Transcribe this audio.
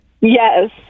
Yes